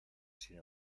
sin